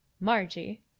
Margie